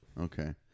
Okay